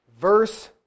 verse